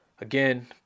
again